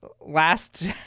last